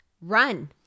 run